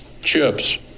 chips